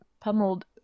pummeled